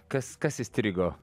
kas kas įstrigo